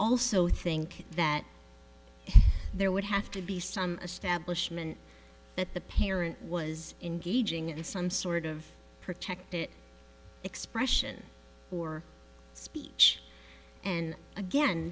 also think that there would have to be some establishment that the parent was engaging in is some sort of protected expression or speech and again